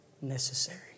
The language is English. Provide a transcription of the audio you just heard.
necessary